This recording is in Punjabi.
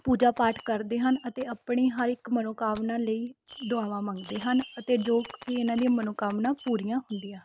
ਪੂਜਾ ਪਾਠ ਕਰਦੇ ਹਨ ਅਤੇ ਆਪਣੀ ਹਰ ਇੱਕ ਮਨੋਕਾਮਨਾ ਲਈ ਦੁਆਵਾਂ ਮੰਗਦੇ ਹਨ ਅਤੇ ਜੋ ਕਿ ਇਹਨਾਂ ਦੀਆਂ ਮਨੋਕਾਮਨਾ ਪੂਰੀਆਂ ਹੁੰਦੀਆਂ ਹਨ